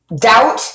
doubt